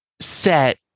set